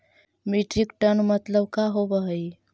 Metric tonne मतलब का होव हइ?